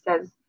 says